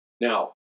Now